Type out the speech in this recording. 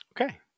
Okay